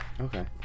okay